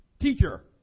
Teacher